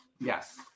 yes